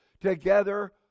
together